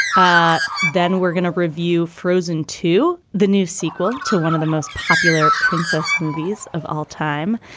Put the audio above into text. ah then we're gonna review frozen to the new sequel to one of the most popular princess movies of all time.